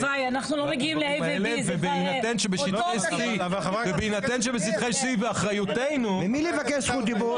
לך, צביקה, ואני יודעת שזה קרוב לליבך.